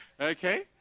Okay